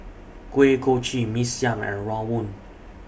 Kuih Kochi Mee Siam and Rawon